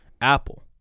Apple